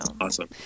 Awesome